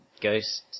Ghost